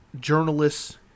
Journalists